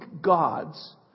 gods